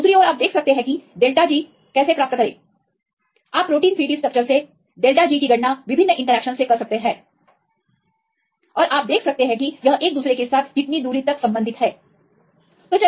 तो दूसरी ओर आप देख सकते हैं कि △G प्राप्त कर सकते हैं आप प्रोटीन 3D स्ट्रक्चरस से △G की गणना विभिन्न इंटरेक्शनस से कर सकते हैं और आप संबंधित कर सकते हैं कि यह एक दूसरे के साथ कितनी दूर तक संबंधित हो सकता है